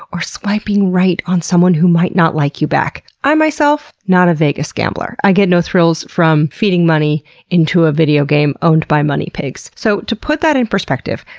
or swiping right on someone who might not like you back. i myself, not a vegas gambler. i get no thrills from feeding money into a video game owned by money pigs. so, to put that in perspective,